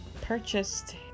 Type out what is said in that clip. purchased